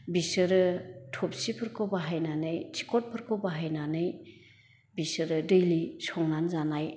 बिसोरो थफसिफोरखौ बाहायनानै थिखथफोरखौ बाहायनानै बिसोरो डैलि संनानै जानाय